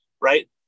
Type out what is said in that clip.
right